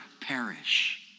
perish